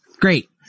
Great